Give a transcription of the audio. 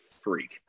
freak